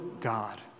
God